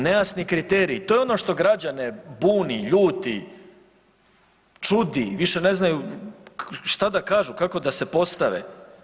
Nejasni kriteriji, to je ono što građane buni, ljuti, čudi, više ne znaju šta da kažu kako da se postave.